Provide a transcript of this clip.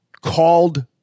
called